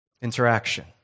interaction